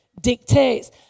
dictates